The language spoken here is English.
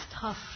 tough